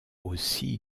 aussi